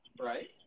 Right